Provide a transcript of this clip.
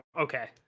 okay